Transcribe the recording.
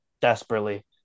desperately